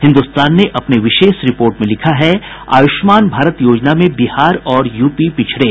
हिन्दुस्तान ने अपनी विशेष रिपोर्ट में लिखा है आयुष्मान भारत योजना में बिहार और यूपी पिछड़े